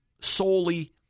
solely